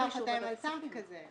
חותם על צו כזה.